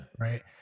right